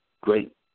great